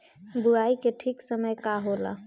बुआई के ठीक समय का होला?